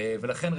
ולכן,